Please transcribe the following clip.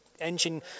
engine